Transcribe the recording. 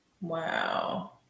Wow